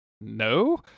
No